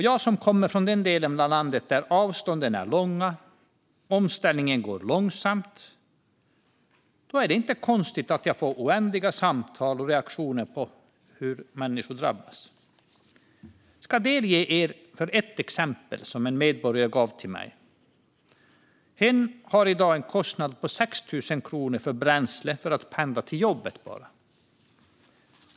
Jag kommer från den del av landet där avstånden är långa och omställningen går långsamt, och det är inte konstigt att jag får oändligt med reaktioner och samtal om hur människor drabbas. Jag ska delge er ett exempel som en medborgare gav mig. Hen har i dag en kostnad på 6 000 kronor för bränsle bara för att pendla till jobbet.